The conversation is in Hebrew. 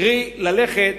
קרי, ללכת